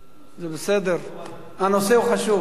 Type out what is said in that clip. זה בסדר, הנושא הוא חשוב.